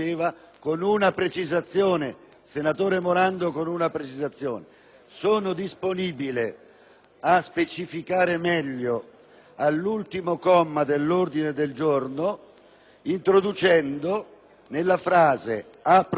a specificare meglio l'ultimo comma dell'ordine del giorno, introducendo, dopo le parole «a proseguire nell'azione di rigore dei conti pubblici riducendo la spesa corrente»